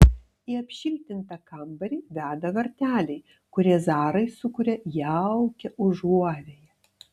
į apšiltintą kambarį veda varteliai kurie zarai sukuria jaukią užuovėją